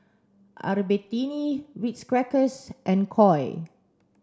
Albertini Ritz Crackers and Koi